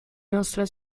nostra